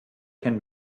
can